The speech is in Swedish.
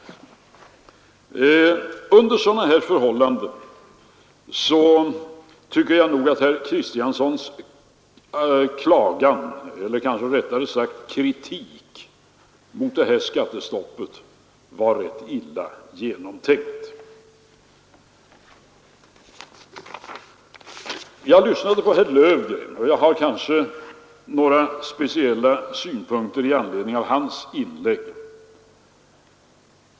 Under sådana förhållanden tycker jag nog att herr Kristianssons klagan eller kanske rättare sagt kritik mot skattestoppet var rätt illa genomtänkt. Jag lyssnade också på herr Löfgren och har några speciella synpunkter att anföra med anledning av hans inlägg.